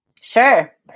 Sure